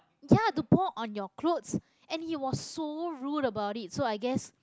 ya to pour on your clothes and he was so rude about that so I guess